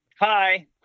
hi